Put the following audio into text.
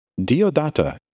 Diodata